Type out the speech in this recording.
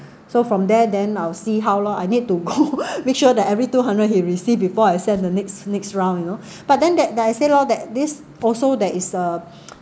so from there then I was see how lor I need to make sure that every two hundred he received before I send the next next round you know but then that guy said lor that this also there is a